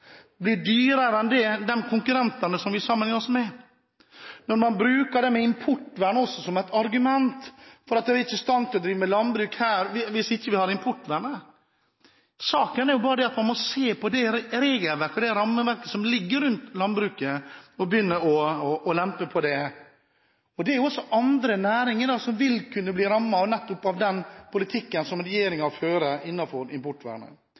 blir dyrere enn for de konkurrentene som vi sammenligner oss med. Man bruker også importvernet som et argument, at man ikke er i stand til å drive med landbruk her hvis vi ikke har importvernet. Saken er at man må se på det regelverket og det rammeverket som ligger i landbruket, og begynne å lempe på det. Det er også andre næringer som vil kunne bli rammet av den politikken som regjeringen fører innenfor importvernet.